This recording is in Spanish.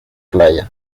playa